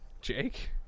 Jake